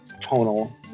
tonal